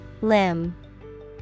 limb